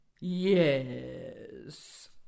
yes